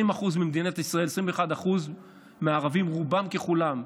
21% ממדינת ישראל, הערבים, רובם ככולם,